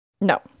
No